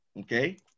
Okay